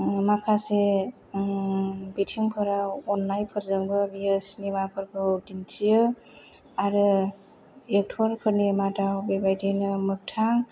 माखासे बिथिंफोराव अननायफोरजोंबो बियो सिनेमा फोरखौ दिन्थियो आरो एकटर फोरनि मादाव बेबादिनाे मोखथां